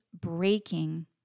breaking